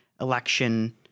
election